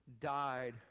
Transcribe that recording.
died